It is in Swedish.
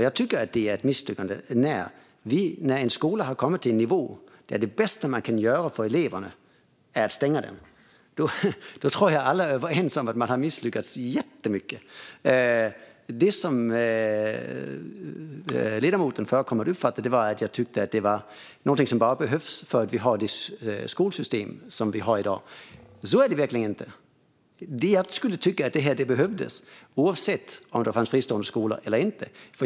Jag tycker att det är ett misslyckande när en skola har kommit till en nivå där det bästa man kan göra för eleverna är att stänga den. Jag tror att alla är överens om att man har misslyckats jättemycket då. Det som ledamoten uppfattade förut var att jag skulle tycka att detta är något som bara behövs därför att vi har det skolsystem som vi har i dag. Så är det verkligen inte. Jag skulle tycka att detta behövdes oavsett om det fanns fristående skolor eller inte.